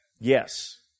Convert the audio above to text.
Yes